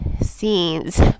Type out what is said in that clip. scenes